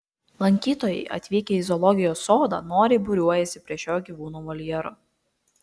lankytojai atvykę į zoologijos sodą noriai būriuojasi prie šio gyvūno voljero